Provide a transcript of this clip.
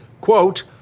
quote